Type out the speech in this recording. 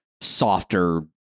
softer